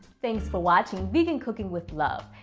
thanks for watching vegan cooking with love!